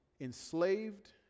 enslaved